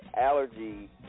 allergy